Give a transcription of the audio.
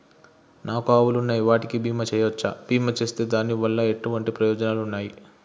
నాకు ఆవులు ఉన్నాయి వాటికి బీమా చెయ్యవచ్చా? బీమా చేస్తే దాని వల్ల ఎటువంటి ప్రయోజనాలు ఉన్నాయి?